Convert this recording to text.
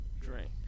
drink